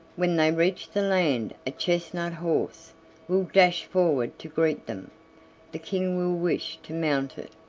when they reach the land a chestnut horse will dash forward to greet them the king will wish to mount it,